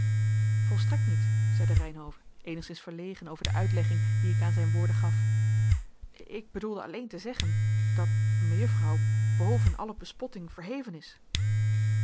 volstrekt niet zeide reynhove eenigszins verlegen over de uitlegging die ik aan zijn woorden gaf ik bedoelde alleen te zeggen dat mejuffrouw boven alle bespotting verheven is